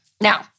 Now